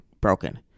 broken